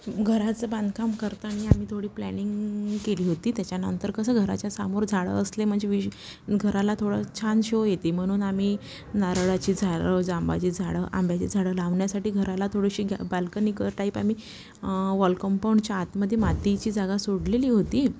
घराचं बांधकाम करताना आम्ही थोडी प्लॅनिंग केली होती त्याच्यानंतर कसं घराच्या सामोर झाडं असले म्हणजे विश घराला थोडं छान शो येते म्हणून आम्ही नारळाची झाडं जांभळाची झाडं आंब्याची झाडं लावण्यासाठी घराला थोडीशी गॅ बाल्कनी क टाईप आम्ही वॉल कॉम्पाऊंडच्या आतमध्ये मातीची जागा सोडलेली होती